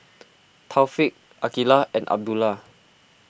Taufik Aqilah and Abdullah